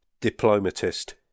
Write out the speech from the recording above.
Diplomatist